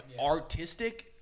artistic